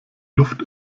luft